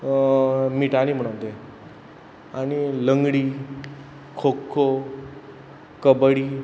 मिटानी म्हणोन ते आणी लंगडी खोखो कबडी